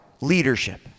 Leadership